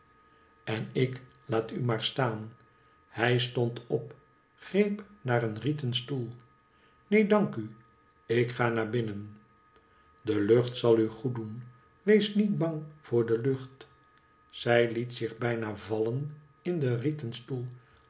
en ik laat u maar staan hij stond op greep naar een rieten stoel neen dank u ik ga naar binnen de lucht zal u goed doen wees niet bang voor de lucht zij liet zich bijna vallen in den rieten stoel